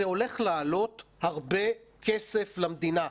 זה הולך לעלות הרבה כסף למדינה,